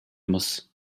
muss